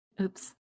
Oops